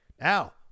now